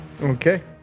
Okay